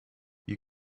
you